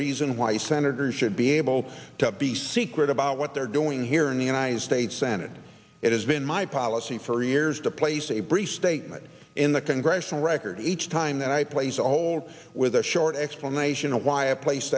reason why senators should be able to be secret about what they're doing here in the united states senate it has been my policy for years to place a brief statement in the congressional record each time that i place a hold with a short explanation of why a place